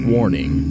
Warning